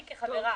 אני כחברה